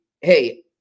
hey